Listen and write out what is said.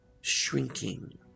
shrinking